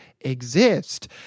exist